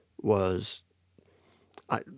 was—I